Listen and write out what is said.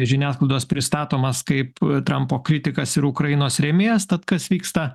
žiniasklaidos pristatomas kaip trampo kritikas ir ukrainos rėmėjas tad kas vyksta